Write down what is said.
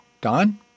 Don